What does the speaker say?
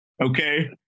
Okay